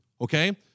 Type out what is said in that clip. okay